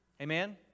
Amen